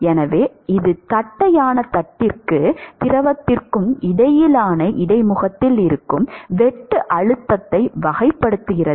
எனவே இது தட்டையான தட்டுக்கும் திரவத்திற்கும் இடையிலான இடைமுகத்தில் இருக்கும் வெட்டு அழுத்தத்தை வகைப்படுத்துகிறது